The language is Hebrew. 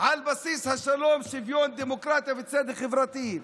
על בסיס שלום, שוויון, דמוקרטיה וצדק חברתי.